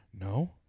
No